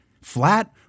flat